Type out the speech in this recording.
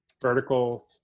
vertical